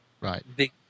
Right